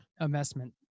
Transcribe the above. investment